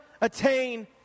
attain